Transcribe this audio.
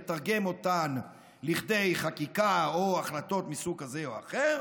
לתרגם אותן לכדי חקיקה או החלטות מסוג כזה או אחר.